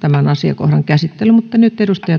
tämän asiakohdan käsittely mutta nyt edustaja